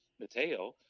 Mateo